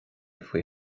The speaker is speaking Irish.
faoi